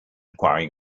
acquiring